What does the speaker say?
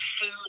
food